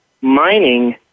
mining –